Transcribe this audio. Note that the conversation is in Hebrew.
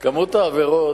כמות העבירות